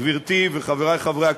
גברתי וחברי חברי הכנסת,